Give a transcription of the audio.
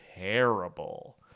terrible